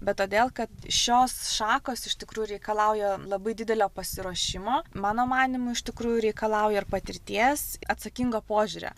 bet todėl kad šios šakos iš tikrųjų reikalauja labai didelio pasiruošimo mano manymu iš tikrųjų reikalauja ir patirties atsakingo požiūrio